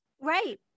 right